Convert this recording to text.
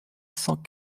cent